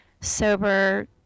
sober